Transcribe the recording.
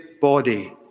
body